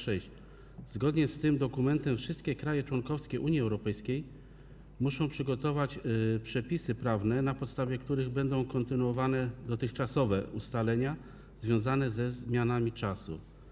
Zgodnie z tym dokumentem wszystkie kraje członkowskie Unii Europejskiej muszą przygotować przepisy prawne, na podstawie których będą kontynuowane dotychczasowe ustalenia związane ze zmianami czasu.